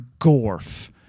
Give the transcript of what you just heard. Gorf